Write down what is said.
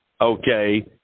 okay